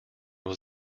was